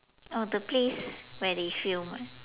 oh the place where they film ah